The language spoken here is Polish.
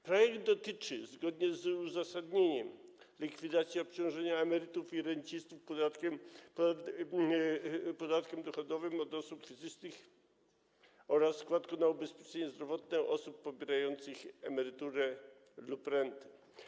Projekt dotyczy, zgodnie z uzasadnieniem, likwidacji obciążenia emerytów i rencistów podatkiem dochodowym od osób fizycznych oraz składką na ubezpieczenie zdrowotne osób pobierających emeryturę lub rentę.